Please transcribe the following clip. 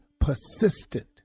persistent